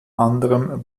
anderem